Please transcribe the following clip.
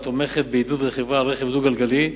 התומכת בעידוד רכיבה על רכב דו-גלגלי.